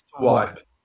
wipe